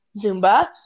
Zumba